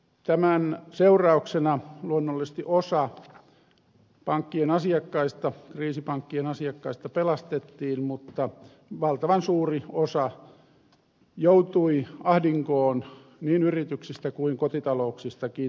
tämän seurauksena luonnollisesti osa kriisipankkien asiakkaista pelastettiin mutta valtavan suuri osa joutui ahdinkoon niin yrityksistä kuin kotitalouksistakin